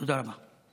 תודה רבה.